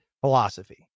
philosophy